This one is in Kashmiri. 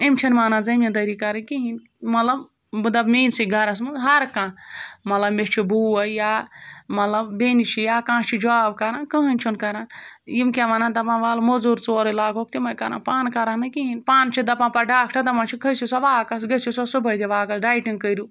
یِم چھِنہٕ مانان زٔمیٖندٲری کَرٕنۍ کِہیٖنۍ مطلب بہٕ دَپہٕ میٛٲنۍ سٕے گَرَس منٛز ہَرکانٛہہ مطلب مےٚ چھُ بوے یا مطلب بیٚنہِ چھِ یا کانٛہہ چھِ جاب کَران کٕہٕنۍ چھُنہٕ کَران یِم کیٛاہ وَنان دَپان وَلہٕ مٔزوٗر ژورٕے لاگوکھ تِمَے کَران پانہٕ کَرٕہَن نہٕ کِہیٖنۍ پانہٕ چھِ دَپان پَتہٕ ڈاکٹر دَپان چھِ کھٔسِو سا واکَس گٔژھِو سا صُبحٲے تہِ واکَس ڈایٹِنٛگ کٔرِو